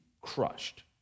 crushed